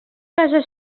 casa